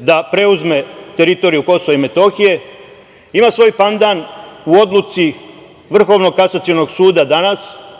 da preuzme teritoriju KiM ima svoj pandan u odluci Vrhovnog kasacionog suda danas,